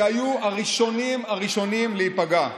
שהיו הראשונים, הראשונים, להיפגע.